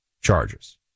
charges